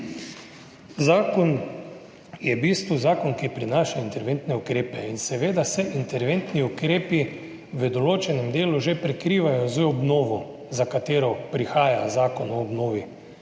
Zakon je v bistvu zakon, ki prinaša interventne ukrepe. In seveda se interventni ukrepi v določenem delu že prekrivajo z obnovo, za katero prihaja Zakon o obnovi.